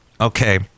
Okay